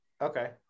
Okay